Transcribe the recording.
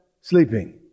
sleeping